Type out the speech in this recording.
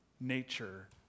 nature